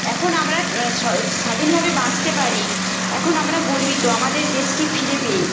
এখন আমরা স্বাধীনভাবে বাঁচতে পারি এখন আমরা গর্বিত আমাদের দেশকে ফিরে পেয়ে